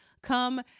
Come